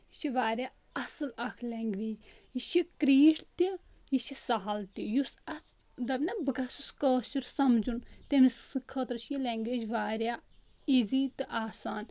یہِ چھِ واریاہ اَصٕل اکھ لیٚنٛگویٚج یہِ چھِ کِریٖٹھ تہِ یہِ چھِ سَہل تہِ یُس اَتھ دَپہِ نہ بہٕ گژھِ کٲشُر سَمجُھن تٔمۍ خٲطرٕ چھِ یہِ لیٚنٛگویٚج واریاہ ایٖزی تہٕ آسان